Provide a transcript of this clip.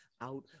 out